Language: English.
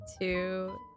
two